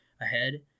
ahead